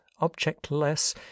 objectless